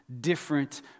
different